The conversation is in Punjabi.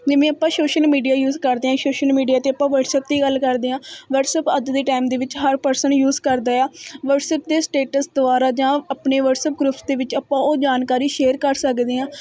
ਜਿਵੇਂ ਆਪਾਂ ਸੋਸ਼ਲ ਮੀਡੀਆ ਯੂਜ ਕਰਦੇ ਹਾਂ ਸੋਸ਼ਲ ਮੀਡੀਆ 'ਤੇ ਆਪਾਂ ਵਟਸਐਪ ਦੀ ਗੱਲ ਕਰਦੇ ਹਾਂ ਵਟਸਐਪ ਅੱਜ ਦੇ ਟਾਈਮ ਦੇ ਵਿੱਚ ਹਰ ਪਰਸਨ ਯੂਜ਼ ਕਰਦੇ ਆ ਵਟਸਐਪ 'ਤੇ ਸਟੇਟਸ ਦੁਆਰਾ ਜਾਂ ਆਪਣੇ ਵਟਸਐਪ ਗਰੁੱਪਸ ਦੇ ਵਿੱਚ ਆਪਾਂ ਉਹ ਜਾਣਕਾਰੀ ਸ਼ੇਅਰ ਕਰ ਸਕਦੇ ਹਾਂ